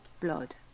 blood